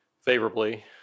favorably